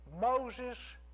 Moses